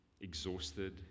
exhausted